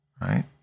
Right